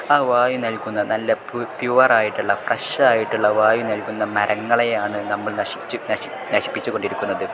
ആ വായു നൽക്കുന്ന നല്ല പ്യുവർ ആയിട്ടുള്ള ഫ്രഷ് ആയിട്ടുള്ള വായു നൽകുന്ന മരങ്ങളെയാണ് നമ്മൾ നശിപ്പിച്ചു നശി നശിപ്പിച്ചുകൊണ്ടിരിക്കുന്നത്